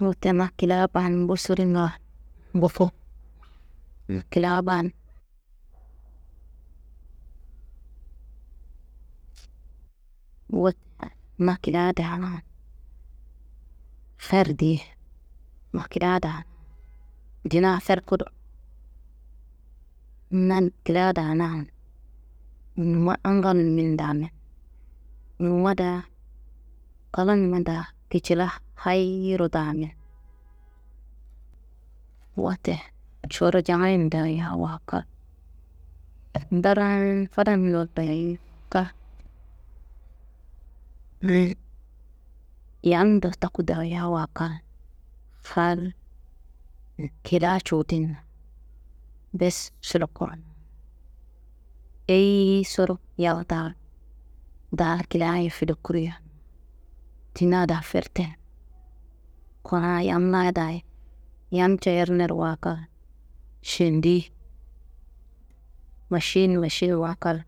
Wote na kilia baan mbosoringa ngufu, kilia baan. Wote na kilia daana her diye, na kilia daana dina ferkudu, na kilia daanan numma angalumin damin, numma daa klanumma daa kicila hayiro damin. Wote coro jamayen dayowa kal, ndaran fadandon dayo kal, yamndo taku dayowa kal, hal kilia cuwudinna bes, eyiyisoro yam ta dal kiliaye filekiriyo dina daa ferte. Kuna yam laayi daayi yamca yernerowa kal, šendiyi maši- n maši- nwa kal,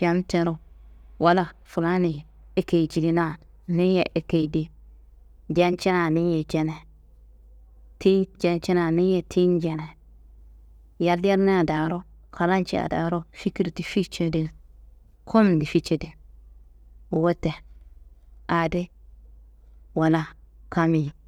yamcaro wala fulaniyi ekeyi jidina ni- ye ekeyi de, jancina ni- ye jane, tiyi cancina ni- ye tiyin jene, yal yernea daaro klancea daaro fikir difi cedin, kom difi cede. Wote aa di wala kammi.